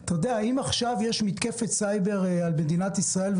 אם יש עכשיו מתקפת סייבר על מדינת ישראל,